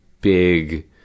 big